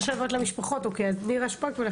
נירה שפק.